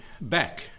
back